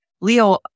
Leo